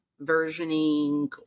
versioning